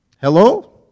Hello